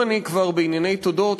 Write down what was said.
אם אני כבר בענייני תודות,